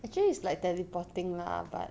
actually is like teleporting lah but